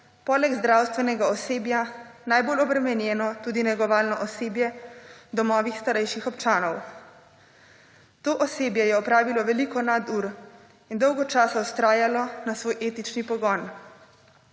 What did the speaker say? poleg zdravstvenega osebja najbolj obremenjeno tudi negovalno osebje domovih starejših občanov. To osebje je opravilo veliko nadur in dolgo časa vztrajalo na svoje etični pogoj.